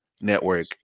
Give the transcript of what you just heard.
Network